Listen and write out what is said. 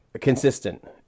consistent